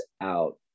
out